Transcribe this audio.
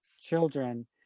children